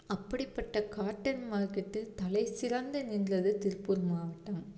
அப்படிப்பட்ட கார்ட்டன் மார்க்கெட்டில் தலை சிறந்து நின்றது திருப்பூர் மாவட்டம்